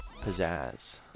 Pizzazz